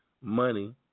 money